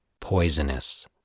poisonous